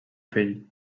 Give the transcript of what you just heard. fill